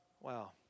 wow